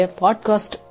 podcast